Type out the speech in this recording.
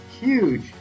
Huge